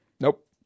Nope